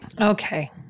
Okay